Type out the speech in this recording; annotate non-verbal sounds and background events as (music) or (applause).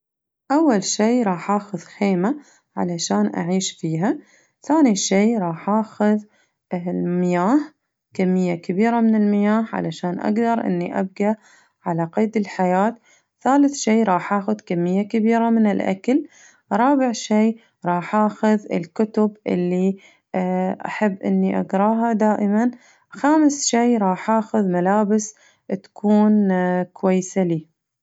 أول شي راح آخذ خيمة علشان أعيش فيها ثاني شي راح آخذ المياه كمية كبيرة من المياه علشان أقدر إني أبقى على قيد الحياة ثالث شي راح آخذ كمية كبيرة من الأكل رابع شي راح آخذ الكتب اللي (hesitation) أحب إني أقراها دائماً خامس شي راح آخذ ملابس (hesitation) تكون كويسة لي.